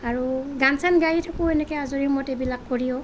আৰু গান চান গাই থাকোঁ এনেকৈ আজৰি সময়ত এইবিলাক কৰিও